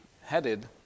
headed